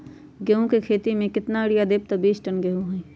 गेंहू क खेती म केतना यूरिया देब त बिस टन गेहूं होई?